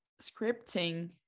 scripting